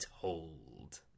Told